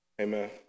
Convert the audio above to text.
Amen